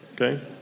Okay